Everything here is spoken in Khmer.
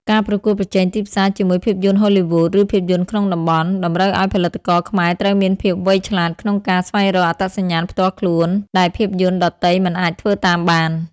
ការប្រកួតប្រជែងទីផ្សារជាមួយភាពយន្តហូលីវូដ ឬភាពយន្តក្នុងតំបន់ តម្រូវឱ្យផលិតករខ្មែរត្រូវមានភាពវៃឆ្លាតក្នុងការស្វែងរកអត្តសញ្ញាណផ្ទាល់ខ្លួនដែលភាពយន្តដទៃមិនអាចធ្វើតាមបាន។